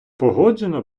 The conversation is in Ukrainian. погоджено